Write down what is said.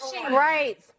right